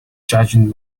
judging